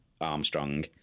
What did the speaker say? Armstrong